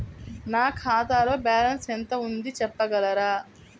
నా ఖాతాలో బ్యాలన్స్ ఎంత ఉంది చెప్పగలరా?